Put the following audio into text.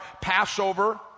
Passover